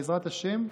בעזרת השם,